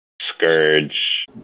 Scourge